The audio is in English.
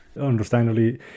understandably